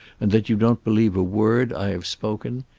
and that you don't believe a word i have spoken.